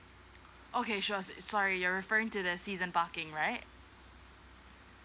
okay sure so~ sorry you're referring to the season parking right